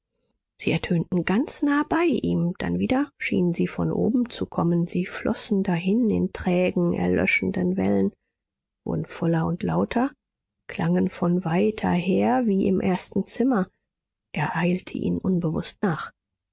sie ertönten ganz nahe bei ihm dann wieder schienen sie von oben zu kommen sie flossen dahin in trägen erlöschenden wellen wurden voller und lauter klangen von weiter her wie im ersten zimmer er eilte ihnen unbewußt nach